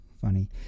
Funny